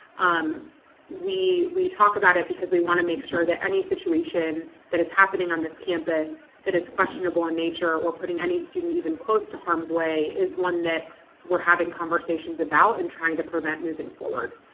um we we talk about it because we want to make sure that any situation that is happening on this campus that is questionable in nature or putting any student even close to harm's way is one that we're having conversations about and trying to prevent moving forward.